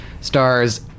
Stars